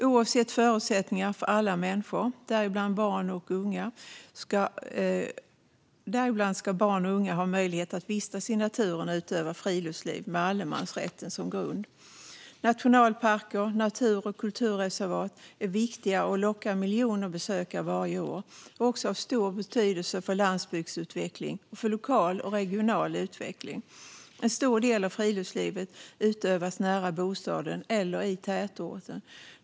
Oavsett förutsättningar ska alla människor, däribland barn och unga, ha möjlighet att vistas i naturen och utöva friluftsliv med allemansrätten som grund. Nationalparker, natur och kulturreservat är viktiga och lockar miljoner besökare varje år. De har också stor betydelse för landsbygdsutveckling och för lokal och regional utveckling. En stor del av friluftslivet utövas nära bostaden eller i tätorten.